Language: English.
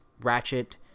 ratchet